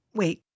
wait